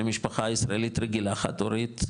למשפחה ישראלית רגילה חד-הורית,